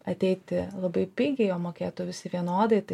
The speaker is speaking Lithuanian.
ateiti labai pigiai o mokėtų visi vienodai tai